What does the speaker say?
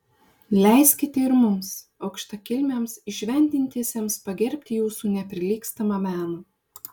leiskite ir mums aukštakilmiams įšventintiesiems pagerbti jūsų neprilygstamą meną